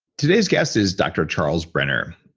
today's guest is dr. charles brenner.